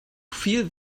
viel